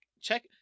Check